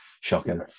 shocking